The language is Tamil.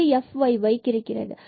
பின்பு fyy கிடைக்கிறது